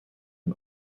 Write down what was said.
can